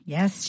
Yes